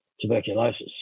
tuberculosis